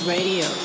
Radio